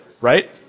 right